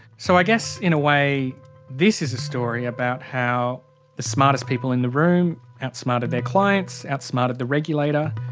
so i guess in a way this is a story about how the smartest people in the room outsmarted their clients, outsmarted the regulator,